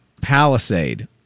Palisade